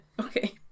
Okay